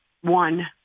one